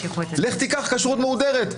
קח כשרות מהודרת,